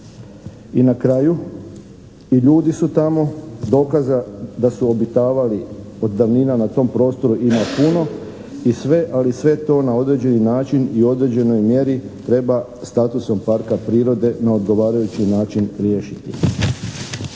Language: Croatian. I na kraju, i ljudi su tamo, dokaza da su obitavali od davnina na tom prostoru ima puno i sve ali sve to na određeni način i u određenoj mjeri treba statusom parka prirode na odgovarajući način riješiti.